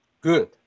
Good